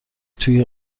توی